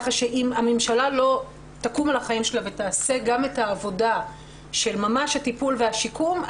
אם הממשלה לא תקום על החיים שלה ותעשה גם את העבודה של טיפול ושיקום,